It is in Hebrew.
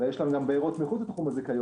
אבל יש להם גם בארות מחוץ לתחום הזיכיון